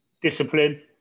Discipline